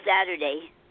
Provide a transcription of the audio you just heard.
Saturday